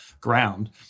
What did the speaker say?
ground